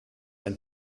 ein